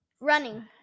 Running